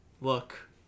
look